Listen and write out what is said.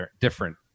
different